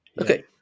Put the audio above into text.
Okay